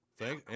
thank